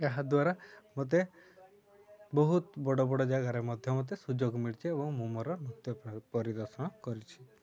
ଏହାଦ୍ୱାରା ମୋତେ ବହୁତ ବଡ଼ ବଡ଼ ଜାଗାରେ ମଧ୍ୟ ମୋତେ ସୁଯୋଗ ମିଳିଛି ଏବଂ ମୁଁ ମୋର ନୃତ୍ୟ ପରିଦର୍ଶନ କରିଛି